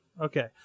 Okay